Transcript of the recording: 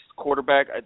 quarterback